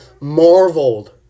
marveled